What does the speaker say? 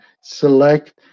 select